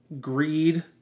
greed